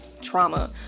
trauma